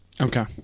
Okay